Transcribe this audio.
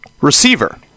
receiver